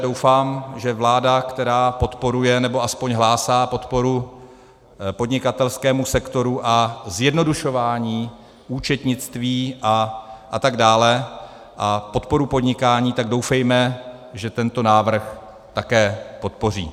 Doufám, že vláda, která podporuje, nebo aspoň hlásí podporu podnikatelskému sektoru a zjednodušování účetnictví a tak dále, a podporu podnikání, tak doufejme, že tento návrh také podpoří.